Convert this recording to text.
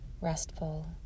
restful